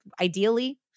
ideally